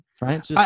right